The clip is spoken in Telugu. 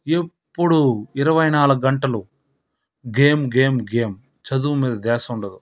ఎప్పుడు ఇరవై నాలుగు గంటలు గేమ్ గేమ్ గేమ్ చదువు మీద ధ్యాస ఉండదు